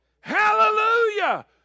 Hallelujah